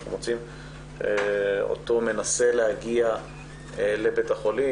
אנחנו מוצאים אותו להגיע לבית החולים